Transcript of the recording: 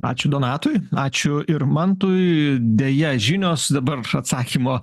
ačiū donatui ačiū ir mantui deja žinios dabar atsakymo